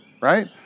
right